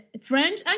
french